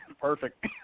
Perfect